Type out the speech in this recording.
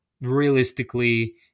realistically